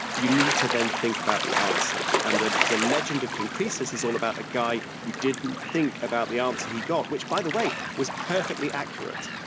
you need to then think about the answer. and the the legend of king croesus is all about a guy who didn't think about the answer he got. by the way, was perfectly accurate.